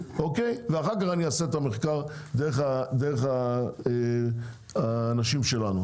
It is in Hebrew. ואחר כך אני אעשה את המחקר דרך האנשים שלנו,